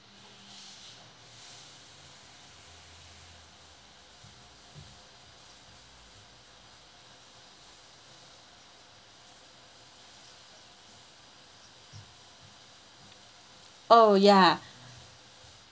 oh ya